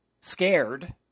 scared